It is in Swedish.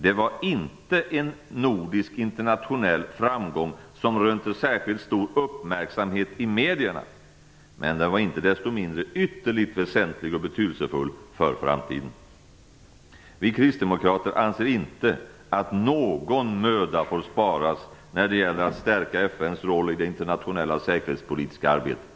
Det var inte en nordisk internationell framgång som rönte särskilt stor uppmärksamhet i medierna, men den var inte desto mindre ytterligt väsentlig och betydelsefull för framtiden. Vi kristdemokrater anser inte att någon möda får sparas när det gäller att stärka FN:s roll i det internationella säkerhetspolitiska arbetet.